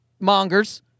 mongers